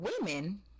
women